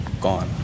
gone